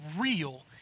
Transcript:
real